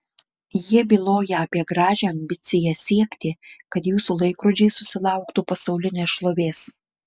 jie byloja apie gražią ambiciją siekti kad jūsų laikrodžiai susilauktų pasaulinės šlovės